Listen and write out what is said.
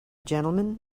gentleman